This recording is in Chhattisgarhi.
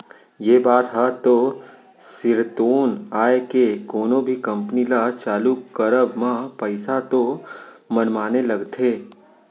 ये बात ह तो सिरतोन आय के कोनो भी कंपनी ल चालू करब म पइसा तो मनमाने लगथे